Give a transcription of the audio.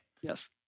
Yes